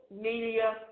media